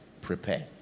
prepare